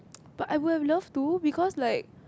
but I would've loved to because like